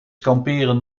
kamperen